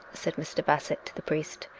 said mr. bassett to the priest.